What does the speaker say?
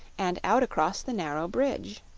and out across the narrow bridge.